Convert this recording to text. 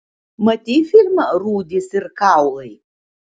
matei filmą rūdys ir kaulai